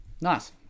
Nice